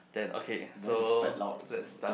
then okay so let's start